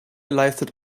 leistet